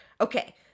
okay